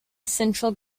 central